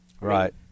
right